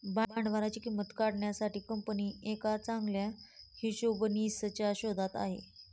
भांडवलाची किंमत काढण्यासाठी कंपनी एका चांगल्या हिशोबनीसच्या शोधात आहे